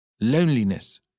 Loneliness